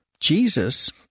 Jesus